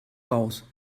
raus